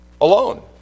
alone